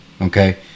okay